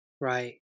Right